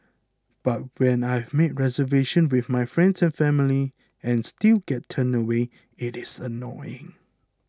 but when I have made reservations with my friends and family and still get turned away it is annoying